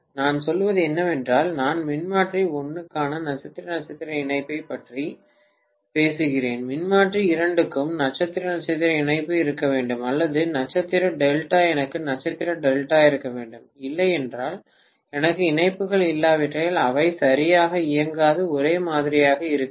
நான் சொல்வது என்னவென்றால் நான் மின்மாற்றி 1 க்கான நட்சத்திர நட்சத்திர இணைப்பைப் பற்றி பேசுகிறேன் மின்மாற்றி 2 க்கும் நட்சத்திர நட்சத்திர இணைப்பு இருக்க வேண்டும் அல்லது நட்சத்திர டெல்டா எனக்கு நட்சத்திர டெல்டா இருக்க வேண்டும் இல்லையெனில் எனக்கு இணைப்புகள் இல்லாவிட்டால் அவை சரியாக இயங்காது ஒரே மாதிரியாக இருக்க வேண்டும்